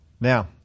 Now